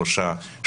שלושה,